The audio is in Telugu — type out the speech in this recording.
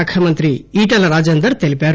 శాఖ మంత్రి ఈటెల రాజేందర్ తెలిపారు